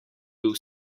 bil